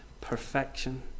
perfection